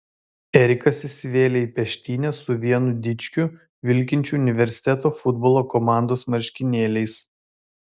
erikas įsivėlė į peštynes su vienu dičkiu vilkinčiu universiteto futbolo komandos marškinėliais